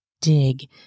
dig